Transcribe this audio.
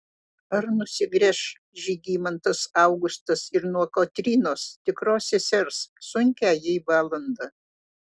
ar nusigręš žygimantas augustas ir nuo kotrynos tikros sesers sunkią jai valandą